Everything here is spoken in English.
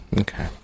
Okay